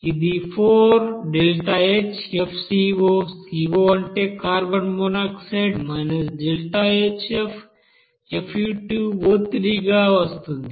ఇది 4ΔHfCOCO అంటే carbon monoxide ΔHf Fe2O3 గా వస్తుంది